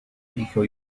hijo